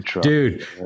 Dude